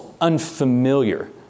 unfamiliar